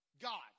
God